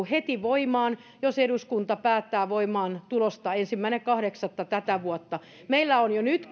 heti voimaan jos eduskunta päättää voimaantulosta ensimmäinen kahdeksatta tätä vuotta meillä jo nyt